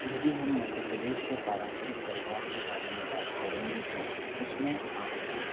यदि हम मध्य प्रदेश के पारंपरिक परिवार के बारे में बात करेंगे तो उसमें आपको